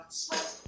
sweat